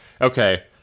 Okay